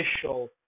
official